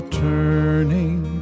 turning